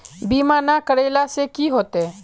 बीमा ना करेला से की होते?